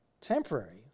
temporary